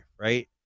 right